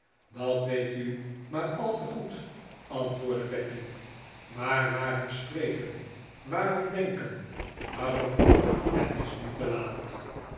dat weet u maar al te goed antwoordde becky maar waarom spreken waarom denken waarom het is nu te laat